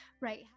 Right